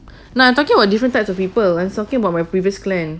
no I'm talking about different types of people I was talking about my previous clan